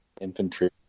infantry